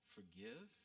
Forgive